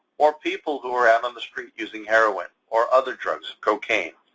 or people who are out on the street using heroin or other drugs, cocaine.